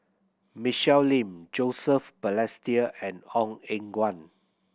Michelle Lim Joseph Balestier and Ong Eng Guan